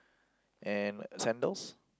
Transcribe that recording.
and sandals